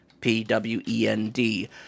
P-W-E-N-D